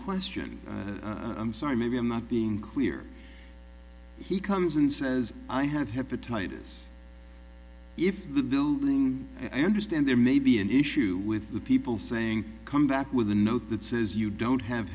question i'm sorry maybe i'm not being clear he comes and says i have hepatitis if the building i understand there may be an issue with the people saying come back with a note that says you don't have